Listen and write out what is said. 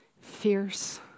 fierce